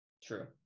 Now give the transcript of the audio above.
True